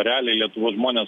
realiai lietuvos žmonės